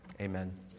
Amen